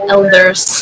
Elders